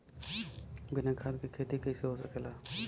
बिना खाद के खेती कइसे हो सकेला?